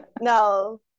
No